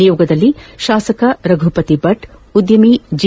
ನಿಯೋಗದಲ್ಲಿ ಶಾಸಕ ರಘುಪತಿ ಭಟ್ ಉದ್ದಮಿ ಜಿ